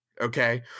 okay